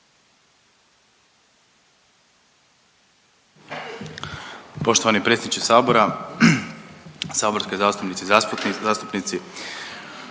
Poštovani predsjedniče sabora, saborske zastupnice i zastupnici,